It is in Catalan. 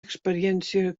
experiència